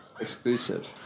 Exclusive